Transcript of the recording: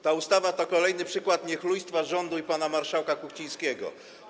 Ta ustawa to kolejny przykład niechlujstwa rządu i pana marszałka Kuchcińskiego.